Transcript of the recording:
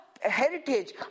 heritage